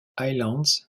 highlands